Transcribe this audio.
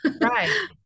Right